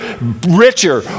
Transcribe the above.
richer